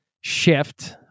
shift